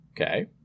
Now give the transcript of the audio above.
Okay